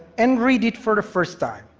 and read it for the first time.